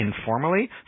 informally